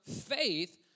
faith